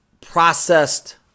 processed